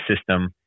system